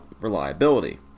reliability